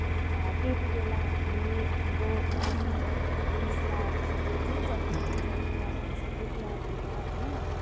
त्यतिबेला हामी हाम्रो माझमा रिस रागहरू जे जति पनि छ त्यो हामी सबै त्यागेर होइन